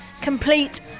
Complete